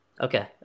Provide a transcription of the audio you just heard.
Okay